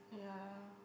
yeah